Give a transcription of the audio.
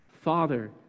Father